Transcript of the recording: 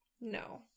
No